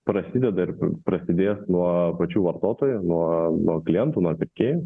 prasideda ir prasidės nuo pačių vartotojų nuo nuo klientų nuo pirkėjų